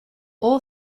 all